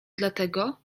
dlatego